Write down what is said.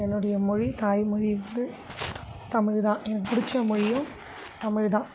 என்னுடைய மொழி தாய்மொழி வந்து தமிழ் தான் எனக்குப் பிடிச்ச மொழியும் தமிழ் தான்